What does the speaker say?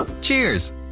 Cheers